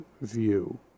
view